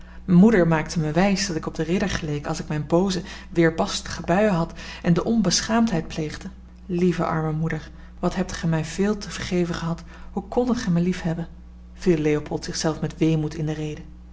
moeder maakte mij wijs dat ik op den ridder geleek als ik mijn booze weerbarstige buien had en de onbeschaamdheid pleegde lieve arme moeder wat hebt gij mij veel te vergeven gehad hoe kondet gij mij liefhebben viel leopold zich zelf met weemoed in de rede